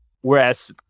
whereas